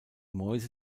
mäuse